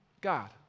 God